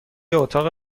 اتاق